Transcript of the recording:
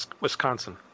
Wisconsin